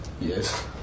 Yes